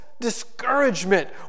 discouragement